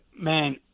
man